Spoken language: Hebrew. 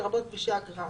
לרבות כבישי אגרה.